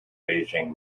beijing